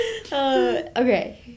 Okay